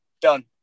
Done